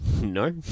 No